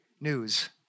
news